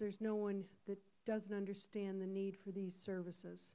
there is no one who doesnt understand the need for these services